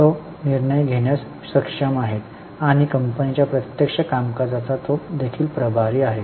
तो निर्णय घेण्यास सक्षम आहे आणि कंपनीच्या प्रत्यक्ष कामकाजाचा तो देखील प्रभारी आहे